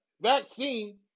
vaccine